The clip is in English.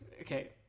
Okay